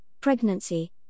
pregnancy